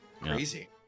crazy